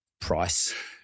price